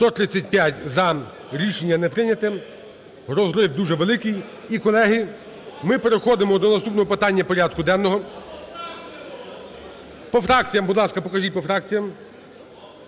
За-135 Рішення не прийняте. Розрив дуже великий. І, колеги, ми переходимо до наступного питання порядку денного. По фракціях? Будь ласка, покажіть по фракціях.